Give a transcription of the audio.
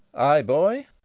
ay, boy.